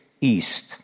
east